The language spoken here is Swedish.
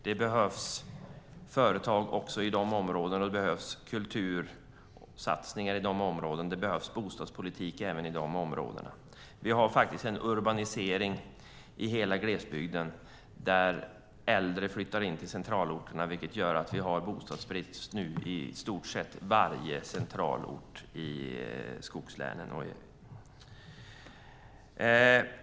Det behövs företag också i dessa områden, och det behövs även kultursatsningar och bostadspolitik där. Vi har en urbanisering i hela glesbygden där äldre flyttar in till centralorterna, vilket gör att vi har bostadsbrist i stort sett i varje centralort i skogslänen.